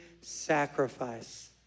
sacrifice